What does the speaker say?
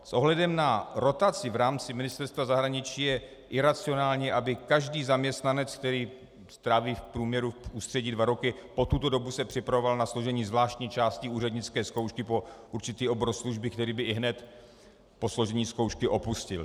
S ohledem na rotaci v rámci Ministerstva zahraničí je iracionální, aby každý zaměstnanec, který stráví v ústředí v průměru dva roky, se po tuto dobu připravoval na složení zvláštní části úřednické zkoušky pro určitý obor služby, který by ihned po složení zkoušky opustil.